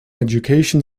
education